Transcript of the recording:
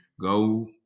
go